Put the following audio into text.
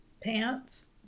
pants